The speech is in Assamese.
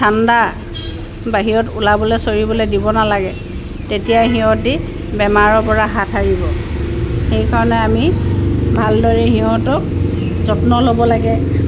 ঠাণ্ডা বাহিৰত ওলাবলৈ চৰিবলৈ দিব নালাগে তেতিয়া সিহঁতে বেমাৰৰ পৰা হাত সাৰিব সেইকাৰণে আমি ভালদৰে সিহঁতৰ যত্ন ল'ব লাগে